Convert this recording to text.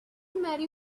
marry